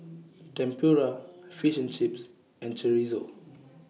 Tempura Fish and Chips and Chorizo